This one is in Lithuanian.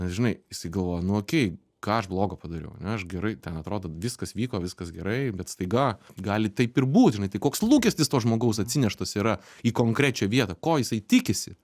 nes žinai jisai galvoja nu okei ką aš blogo padariau ane aš gerai ten atrodo viskas vyko viskas gerai bet staiga gali taip ir būt tai koks lūkestis to žmogaus atsineštas yra į konkrečią vietą ko jisai tikisi